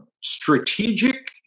strategic